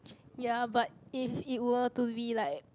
ya but if it were to be like